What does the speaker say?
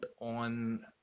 on